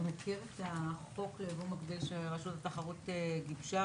אתה מכיר את החוק ליבוא מקביל שרשות התחרות גיבשה